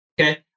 okay